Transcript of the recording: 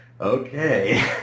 okay